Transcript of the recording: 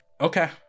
okay